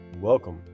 welcome